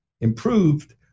improved